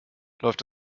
läuft